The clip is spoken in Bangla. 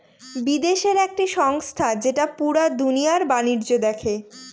বিদেশের একটি সংস্থা যেটা পুরা দুনিয়ার বাণিজ্য দেখে